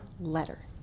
letter